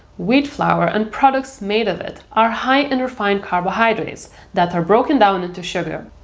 wheat flour and products made of it are high in refined carbohydrates that are broken down into sugar.